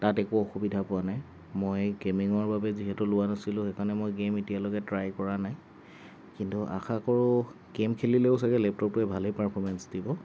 তাত একো অসুবিধা পোৱা নাই মই গেমিঙৰ বাবে যিহেতু লোৱা নাছিলোঁ সেইকাৰণে মই গেম এতিয়ালৈকে ট্ৰাই কৰা নাই কিন্তু আশা কৰোঁ গেম খেলিলেও চাগৈ লেপটপটোৱে ভালেই পাৰফৰ্মেঞ্চ দিব